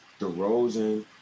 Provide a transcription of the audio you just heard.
DeRozan